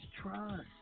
trust